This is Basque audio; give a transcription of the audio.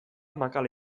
makala